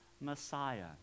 Messiah